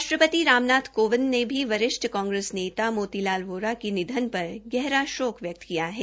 राष्ट्रपति रामनाथ कोविंद ने भी वरिष्ठ कांग्रेस नेता मोती लाल वोरा के निधन पर गहरा शोक व्यकत किया है